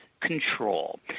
control